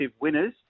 winners